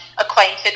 acquainted